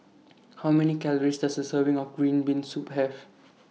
How Many Calories Does A Serving of Green Bean Soup Have